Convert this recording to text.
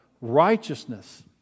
Righteousness